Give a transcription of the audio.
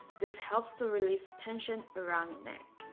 this helps to release tension around your neck